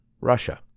Russia